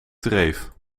dreef